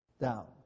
Down